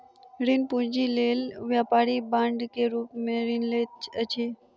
ऋण पूंजी लेल व्यापारी बांड के रूप में ऋण लैत अछि